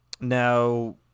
Now